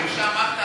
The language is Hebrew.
המספרים שאמרת,